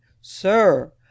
sir